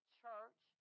church